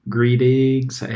Greetings